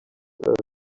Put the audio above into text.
earth